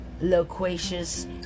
loquacious